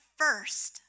first